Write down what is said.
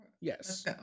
Yes